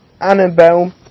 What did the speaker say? Annabelle